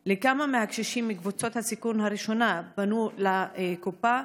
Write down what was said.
2. לכמה מהקשישים מקבוצת הסיכון הראשונה פנו הקופות?